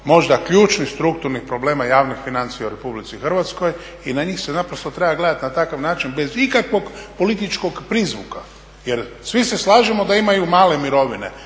možda ključnih strukturnih problema javnih financija u RH i na njih se naprosto treba gledati na takav način bez ikakvog političkog prizvuka jer svi se slažemo da imaju male mirovine,